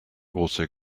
also